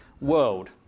world